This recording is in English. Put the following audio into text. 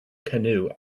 canoe